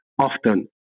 often